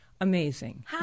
Amazing